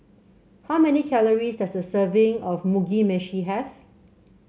how many calories does a serving of Mugi Meshi have